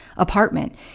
apartment